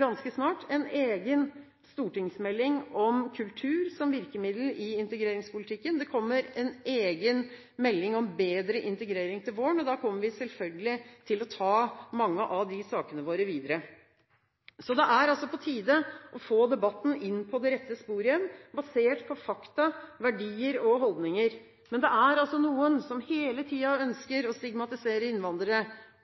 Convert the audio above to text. ganske snart en egen stortingsmelding om kultur som virkemiddel i integreringspolitikken, det kommer en egen melding om bedre integrering til våren, og da kommer vi selvfølgelig til å ta mange av sakene våre videre. Det er på tide å få debatten inn på det rette sporet igjen, basert på fakta, verdier og holdninger. Men det er altså noen som hele tiden ønsker å stigmatisere innvandrere.